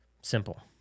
Simple